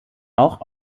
auch